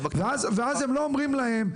ואז הם לא אומרים להם,